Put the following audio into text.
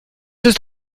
ist